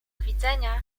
widzenia